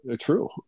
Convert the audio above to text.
true